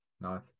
Nice